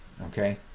Okay